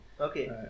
okay